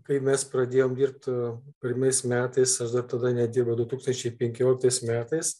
kai mes pradėjom dirbt pirmais metais aš dar tada nedirbau du tūkstančiai penkioliktais metais